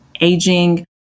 aging